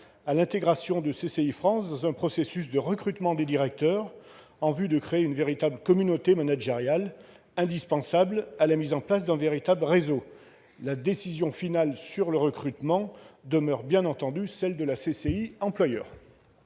à l'intégration de CCI France dans un processus de recrutement des directeurs, en vue de créer une communauté managériale indispensable à la mise en place d'un véritable réseau. Bien entendu, la décision finale sur le recrutement demeure celle de la CCI employeur.